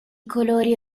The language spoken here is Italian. colori